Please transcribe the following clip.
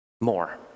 more